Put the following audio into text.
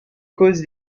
causes